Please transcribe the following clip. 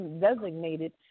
designated